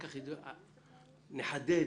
נחדד,